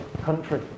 country